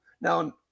Now